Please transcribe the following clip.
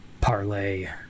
parlay